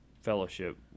fellowship